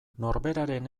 norberaren